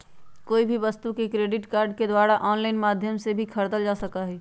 कोई भी वस्तु के क्रेडिट कार्ड के द्वारा आन्लाइन माध्यम से भी खरीदल जा सका हई